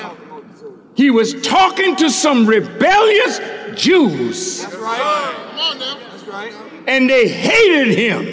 daddy he was talking to some rebellious jews and they hated him